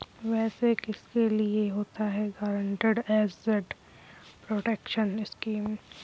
वैसे किसके लिए होता है गारंटीड एसेट प्रोटेक्शन स्कीम?